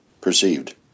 perceived